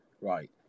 right